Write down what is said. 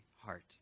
heart